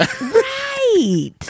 Right